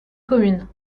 commune